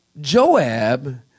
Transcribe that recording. Joab